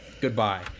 goodbye